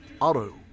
Auto